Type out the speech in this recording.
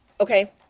Okay